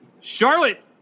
Charlotte